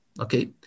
okay